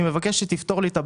אני מבקש שתפתור לי את הבעיה,